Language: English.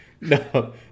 No